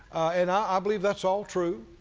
and i believe that's all true.